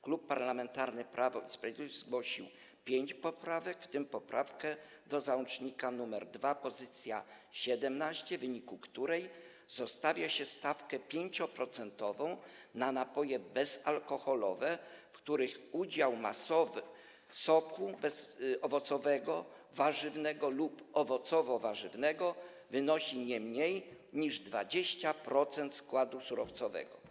Klub Parlamentarny Prawo i Sprawiedliwość zgłosił pięć poprawek, w tym poprawkę dotyczącą załącznika nr 2 poz. 17, w wyniku której zostawia się 5-procentową stawkę na napoje bezalkoholowe, w których udział masowy soku owocowego, warzywnego lub owocowo-warzywnego wynosi nie mniej niż 20% składu surowcowego.